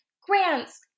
grants